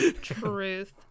Truth